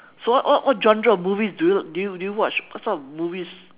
so what what what genre of movies do you do you do you watch what sort of movies